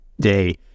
day